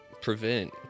prevent